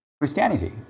Christianity